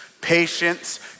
patience